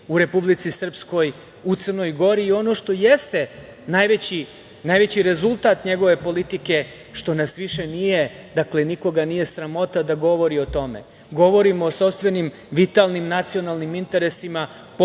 u Republici Srpskoj, u Crnoj Gori. Ono što jeste najveći rezultat njegove politike što nas više nije sramota, nikoga nije sramota da govori o tome. Govorimo o sopstvenim vitalnim nacionalnim interesima